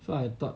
so I thought